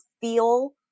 feel